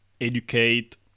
educate